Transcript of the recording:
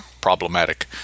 problematic